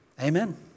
Amen